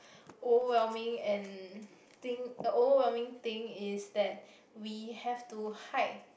overwhelming and thing~ uh overwhelming thing is that we have to hike